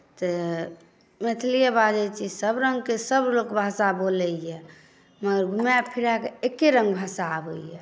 तऽ मैथिलीए बाजैत छी सभरङ्गके सभलोक भाषा बोलैए मगर घुमाए फिराए केऽ एके रङ्ग भाषा आबैए